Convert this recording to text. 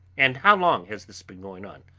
and how long has this been going on?